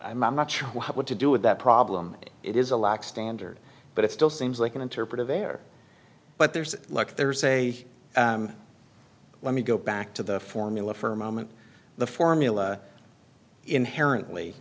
i'm not sure what to do with that problem it is a lack standard but it still seems like an interpretive there but there's like there's a let me go back to the formula for a moment the formula inherently